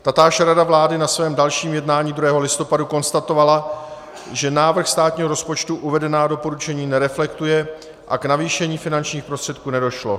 Tatáž rada vlády na svém dalším jednání 2. listopadu konstatovala, že návrh státního rozpočtu uvedená doporučení nereflektuje a k navýšení finančních prostředků nedošlo.